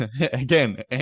Again